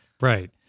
right